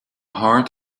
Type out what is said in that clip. hard